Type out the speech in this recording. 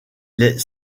les